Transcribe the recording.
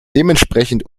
dementsprechend